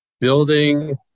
building –